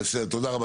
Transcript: תודה רבה.